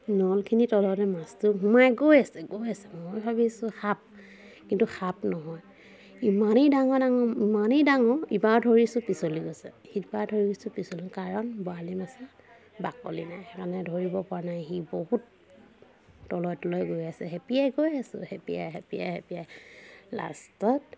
নলখিনিৰ তলতে মাছটো সোমাই গৈ আছে গৈ আছে মই ভাবিছোঁ সাপ কিন্তু সাপ নহয় ইমানেই ডাঙৰ ডাঙৰ ইমানেই ডাঙৰ এবাৰ ধৰিছোঁ পিছলি গৈছে সিবাৰ ধৰিছোঁ পিছলি কাৰণ বৰালি মাছৰ বাকলি নাই সেইকাৰণে ধৰিব পৰা নাই সি বহুত তলে তলে গৈ আছে খেপিয়াই গৈ আছোঁ খেপিয়াই খেপিয়াই খেপিয়াই লাষ্টত